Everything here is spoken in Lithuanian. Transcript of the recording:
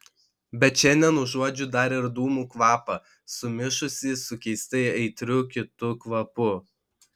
bet šiandien užuodžiu dar ir dūmų kvapą sumišusį su keistai aitriu kitu kvapu